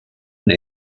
and